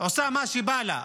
היא עושה מה שבא לה,